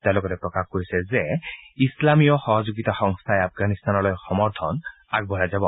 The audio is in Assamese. তেওঁ লগতে প্ৰকাশ কৰিছে যে ইছলামীয় সহযোগিতা সংস্থাই আফগানিস্তানলৈ সমৰ্থন আগবঢ়াই যাব